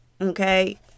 Okay